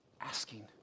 asking